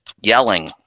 Yelling